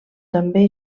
també